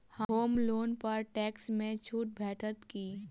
होम loan पर tax मे छुट भेटत की